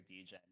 DJ